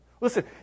Listen